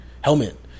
helmet